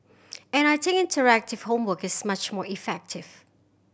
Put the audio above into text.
and I think interactive homework is much more effective